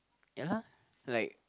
ya lah like